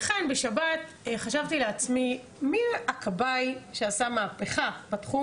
ולכן בשבת חשבתי לעצמי מי הכבאי שעשה מהפיכה בתחום,